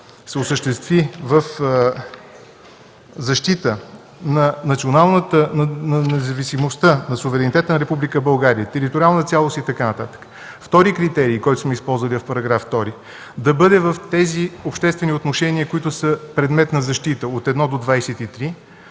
се осъществи в защита на независимостта, на суверенитета на Република България, териториалната цялост и така нататък. Втори критерий, който сме използвали в § 2 – да бъде в тези обществени отношения, които са предмет на защита от точки 1 до 23,